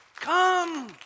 Come